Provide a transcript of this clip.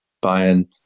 buying